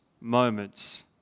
moments